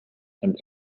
and